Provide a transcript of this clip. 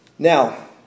Now